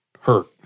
hurt